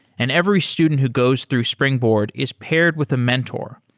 and every student who goes through springboard is paired with a mentor,